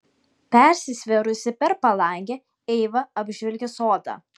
persisvėrusi per palangę eiva apžvelgė sodą